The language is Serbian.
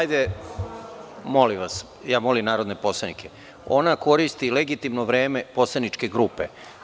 Ja molim narodne poslanike, ona koristi legitimno vreme poslaničke grupe.